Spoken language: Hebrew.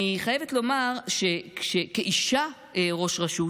אני חייבת לומר שכאישה וראש רשות,